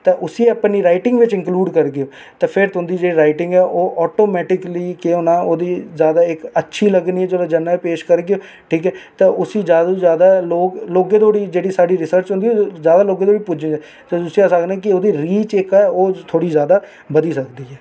ते उसी अपनी राईटिंग बिच्च इंकलूड करगेओ ते फिर तुं'दी जेह्ड़ी राईटिंग ऐ ओह् आटोमैटिकली केह् होना ओह्दी जादा इक अच्छी लग्गनी जिसलै जर्नल इक पेश करगेओ ठीक ऐ ते उसी जादा कोला तू जादा लोक लोकें धोड़ी जेह्ड़ी साढ़ी रिसर्च होंदी ऐ ओह् जादा लोगें धोड़ी पुज्जग ते जिसी अस आखने कि ओह्दी रीच इक ओह् थोह्ड़ी जादा बधी सकदी ऐ